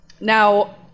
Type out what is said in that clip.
Now